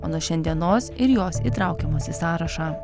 o nuo šiandienos ir jos įtraukiamos į sąrašą